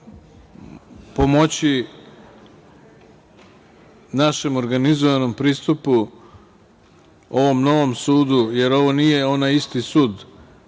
pomoći našem organizovanom pristupu, ovom novom sudu, jer ovo nije onaj isti sud